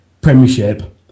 premiership